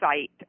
site